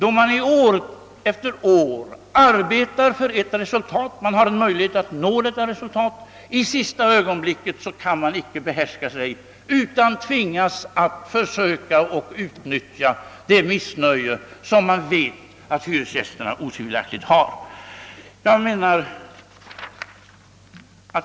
År efter år arbetar man för att nå ett resultat, och man har även möjlighet att göra detta, men i sista ögonblicket kan man inte behärska sig utan frestas att utnyttja det missnöje som man vet att hyresgästerna otvivelaktigt hyser.